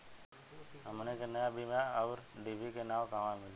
हमन के नया बीया आउरडिभी के नाव कहवा मीली?